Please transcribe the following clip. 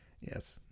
Yes